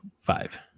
five